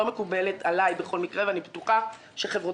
לא מקובלת עליי בכל מקרה ואני בטוחה שחברותיי